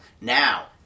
Now